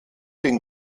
den